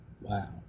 Wow